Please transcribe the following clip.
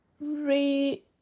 re